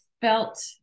felt